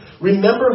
remember